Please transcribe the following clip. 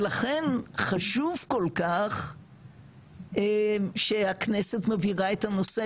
ולכן חשוב כל כך שהכנסת מבהירה את הנושא,